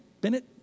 Bennett